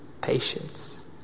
patience